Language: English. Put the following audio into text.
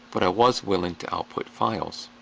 but i was willing to output files.